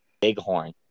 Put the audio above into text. bighorn